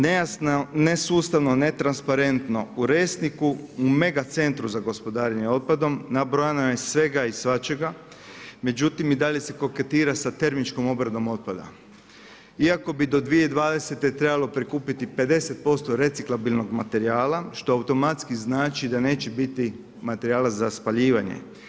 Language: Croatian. Nejasno, nesustavno, ne transparentno u REsniku u mega centru za gospodarenje otpadom nabrojano je svega i svačega, međutim i dalje se koketira sa termičkom obradom otpada, iako bi do 2020. trebalo prikupiti 50% reciklabilnog materijala što automatski znači da neće biti materijala za spaljivanje.